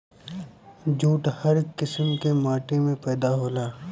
jute हर किसिम के माटी में पैदा होला